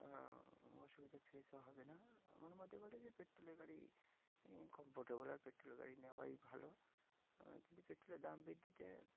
অসুবিধা ফেসও হবে না আমার মতে বলে যে পেট্রোলের গাড়ি কমফর্টেবল আর পেট্রোলের গাড়ি নেওয়াই ভালো কিন্তু পেট্রোলের দাম বৃদ্ধিতে